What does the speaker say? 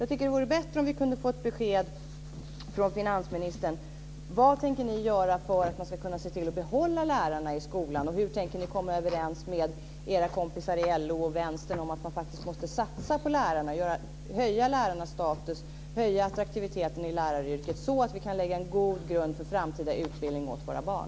Jag tycker att det vore bättre om vi kunde få ett besked från finansministern: Vad tänker ni göra för att man ska kunna se till att behålla lärarna i skolan, och hur tänker ni komma överens med era kompisar i LO och Vänstern om att man faktiskt måste satsa på lärarna, höja lärarnas status, höja attraktiviteten i läraryrket så att vi kan lägga en god grund för framtida utbildning åt våra barn?